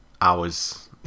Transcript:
hours